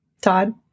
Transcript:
todd